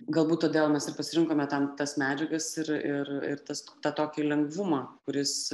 galbūt todėl mes ir pasirinkome tam tas medžiagas ir ir ir tas tą tokį lengvumą kuris